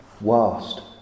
whilst